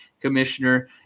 commissioner